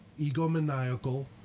egomaniacal